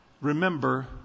remember